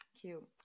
Cute